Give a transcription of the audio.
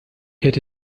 hätte